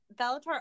Bellator